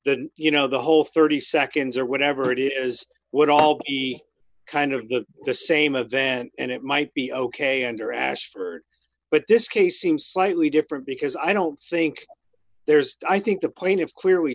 then you know the whole thirty seconds or whatever it is would all be kind of the same a van and it might be ok under ashford but this case seems slightly different because i don't think there's i think the plaintiffs clearly